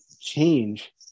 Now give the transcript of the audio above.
change